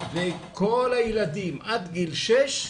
ואת כל הילדים עד גיל שש,